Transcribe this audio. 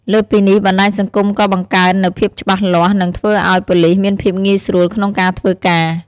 លើសពីនេះ បណ្តាញសង្គមក៏បង្កើន នូវភាពច្បាស់លាស់ និងធ្វើឱ្យ ប៉ូលិសមានភាពងាយស្រួលក្នុងការធ្វើការ។